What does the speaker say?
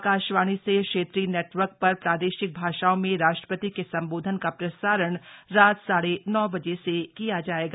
आकाशवाणी से क्षेत्रीय नेटवर्क पर प्रादेशिक भाषाओं में राष्ट्रपति के संबोधन का प्रसारण रात साढे नौ बजे से किया जाएगा